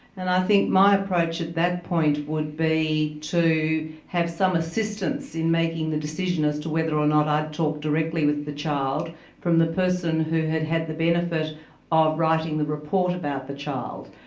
and i think my approach at that point would be to have some assistance in making the decision as to whether or not i'd talk directly with the child from the person who had had the benefit of writing the report about the child,